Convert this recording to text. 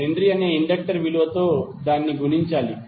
1H అనే inductor విలువతో గుణించాలి